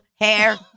hair